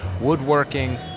woodworking